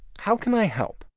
how can i help?